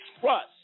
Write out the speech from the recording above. trust